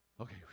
Okay